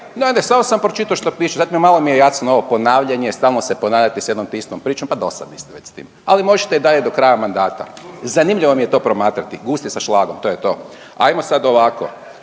samo sam pročitao što piše, dakle malo mi je jasno ovo ponavljanje, stalno se ponavljate sa jednom te istom pričom, pa dosadni ste već s tim, ali možete i dalje do kraja mandata. Zanimljivo mi je to promatrati, gusti sa šlagom to je to. Ajmo sad ovako,